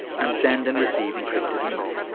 and send and receive encrypted email.